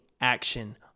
action